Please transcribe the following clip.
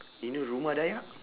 you know rumah dayak